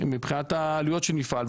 מבחינת העלויות של מפעל,